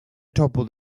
toppled